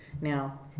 Now